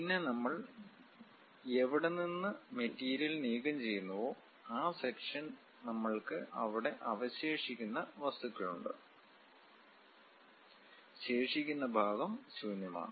പിന്നെ നമ്മൾ എവിടെ നിന്ന് മെറ്റീരിയൽ നീക്കംചെയ്യുന്നുവോ ഈ സെക്ഷൻ നമ്മൾക്ക് അവിടെ അവശേഷിക്കുന്ന വസ്തുക്കൾ ഉണ്ട് ശേഷിക്കുന്ന ഭാഗം ശൂന്യമാണ്